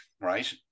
right